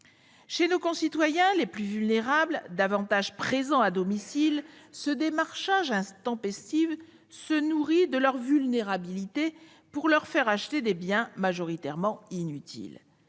Chez nos concitoyens les plus vulnérables, davantage présents à leur domicile, ce démarchage intempestif se nourrit de leur vulnérabilité pour leur faire acheter des biens majoritairement inutiles